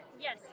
Yes